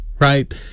right